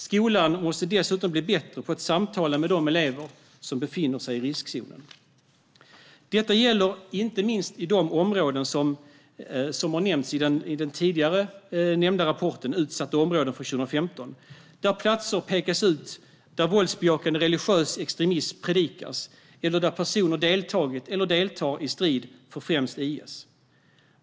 Skolan måste dessutom bli bättre på att samtala med de elever som befinner sig i riskzonen. Detta gäller inte minst de områden som har nämnts i den tidigare nämnda rapporten om utsatta områden från 2015, som pekas ut som platser där våldsbejakande religiös extremism predikas eller där personer deltagit eller deltar i strid för främst IS.